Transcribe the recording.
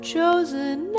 chosen